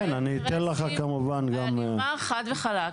אני אומר חד וחלק.